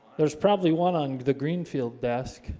there's probably one on the green field desk